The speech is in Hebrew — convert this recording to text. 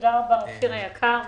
תודה רבה אופיר היקר.